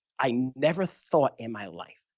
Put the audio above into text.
i never thought in my life,